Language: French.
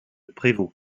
prévôt